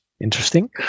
interesting